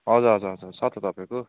हजुर हजुर हजुर छ त तपाईँको